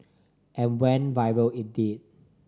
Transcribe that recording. and went viral it did